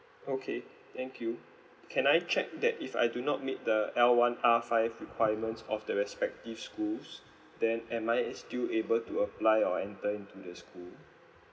okay thank you can I check that if I do not meet the L one R five requirements of the respective schools then am I still able to apply or enter into the school